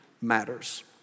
Matters